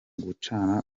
gucana